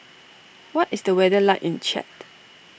what is the weather like in Chad